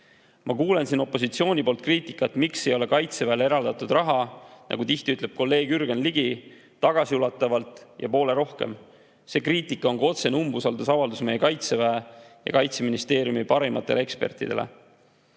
Ma kuulen siin opositsiooni poolt kriitikat, miks ei ole Kaitseväele eraldatud raha, nagu tihti ütleb kolleeg Jürgen Ligi, tagasiulatuvalt ja poole rohkem. See kriitika on ka otsene umbusaldusavaldus meie Kaitseväe ja Kaitseministeeriumi parimatele ekspertidele. Lisaks